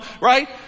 Right